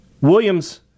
Williams